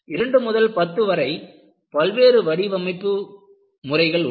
2 முதல் 10 வரை பல்வேறு வடிவமைப்பு முறைகள் உள்ளன